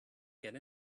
get